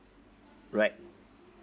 right